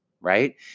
right